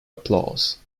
applause